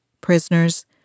prisoners